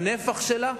מהנפח שלו,